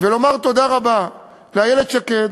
ולומר תודה רבה לאיילת שקד,